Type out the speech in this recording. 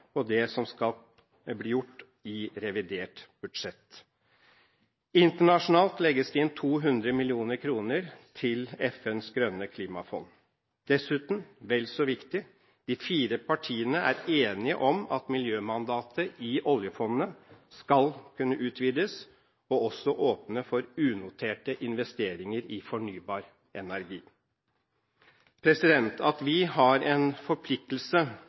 på det som skal bli gjort i revidert budsjett. Internasjonalt legges det inn 200 mill. kr til FNs grønne klimafond. Dessuten, vel så viktig: De fire partiene er enige om at miljømandatet i oljefondet skal kunne utvides og også åpne for unoterte investeringer i fornybar energi. At vi har en forpliktelse